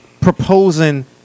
proposing